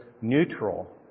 neutral